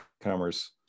commerce